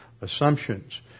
assumptions